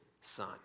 son